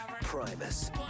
Primus